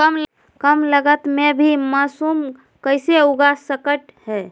कम लगत मे भी मासूम कैसे उगा स्केट है?